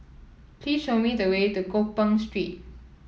please show me the way to Gopeng Street